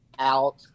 out